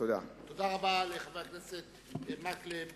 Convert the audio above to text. תודה רבה לחבר הכנסת מקלב.